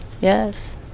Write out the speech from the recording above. Yes